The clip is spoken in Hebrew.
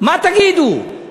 מה תגידו?